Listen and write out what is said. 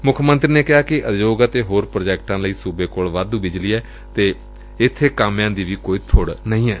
ਮੁੱਖ ਮੰਤਰੀ ਨੇ ਕਿਹਾ ਕਿ ਉਦਯੋਗਾਂ ਤੇ ਹੋਰ ਪ੍ਰਾਜੈਕਟਾਂ ਲਈ ਸੁਬੇ ਕੋਲ ਵਾਧੁ ਬਿਜਲੀ ਏ ਅਤੇ ਇੱਬੇ ਕਾਮਿਆ ਦੀ ਵੀ ਕੋਈ ਬੁੜ ਨਹੀ ਏ